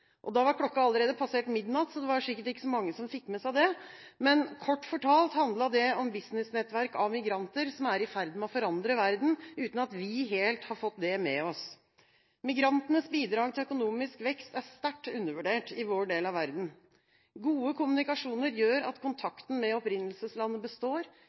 Da var klokka allerede passert midnatt, så det var sikkert ikke så mange som fikk med seg det. Men kort fortalt handlet det om businessnettverk av migranter som er i ferd med å forandre verden, uten at vi helt har fått det med oss. Migrantenes bidrag til økonomisk vekst er sterkt undervurdert i vår del av verden. God kommunikasjon gjør at kontakten med opprinnelseslandet består.